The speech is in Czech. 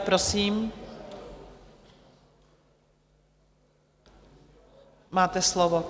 Prosím, máte slovo.